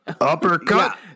Uppercut